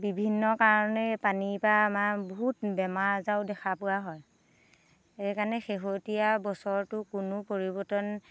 বিভিন্ন কাৰণে পানীৰ পৰা আমাৰ বহুত বেমাৰ আজাৰো দেখা পোৱা হয় সেইকাৰণে শেহতীয়া বছৰতো কোনো পৰিৱৰ্তন